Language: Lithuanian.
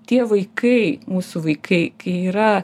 tie vaikai mūsų vaikai yra